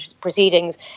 proceedings